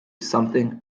something